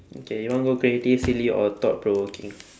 okay you want go creative silly or thought provoking